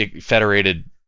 federated